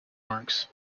marks